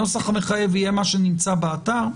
הנוסח המחייב יהיה מה שנמצא באתר?